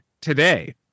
today